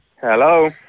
Hello